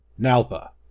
Nalpa